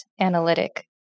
analytic